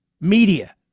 media